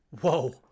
Whoa